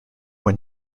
when